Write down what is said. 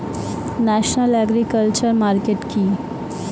National agriculture market কি?